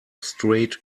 straight